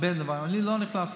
אני לא נכנס לשם.